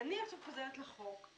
אני עכשיו חוזרת לחוק.